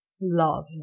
love